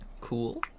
Cool